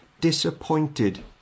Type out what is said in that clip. disappointed